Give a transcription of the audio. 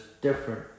different